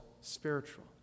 spiritual